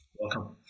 Welcome